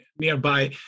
nearby